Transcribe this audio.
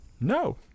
No